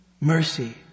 mercy